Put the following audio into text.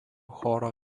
choro